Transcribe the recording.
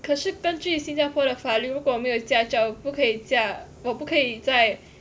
可是根据新加坡的法律如果没有驾照不可以驾我不可以载